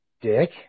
Dick